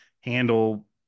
handle